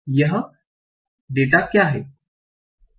तो यह डेटा क्या है